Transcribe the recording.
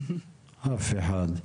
אף אחד.